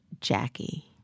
Jackie